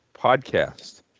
podcast